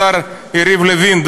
השר יריב לוין,